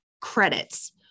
credits